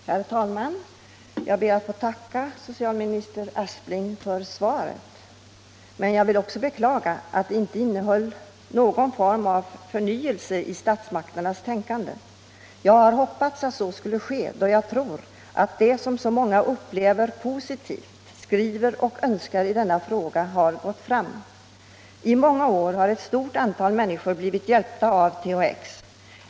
Herr talman! Jag ber att få tacka socialminister Aspling för svaret. Men jag vill också beklaga att det inte innehåller något som tyder på en förnyelse i statsmakternas tänkande. Jag hade hoppats att så skulle ske, då jag tror att det som så många upplever som positivt och önskar i denna fråga har gått fram. I många år har ett stort antal människor blivit hjälpta av THX.